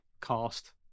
cast